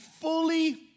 fully